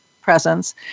presence